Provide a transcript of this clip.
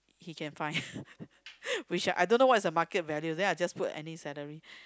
he can find which I don't know what is the market value then I just put any salary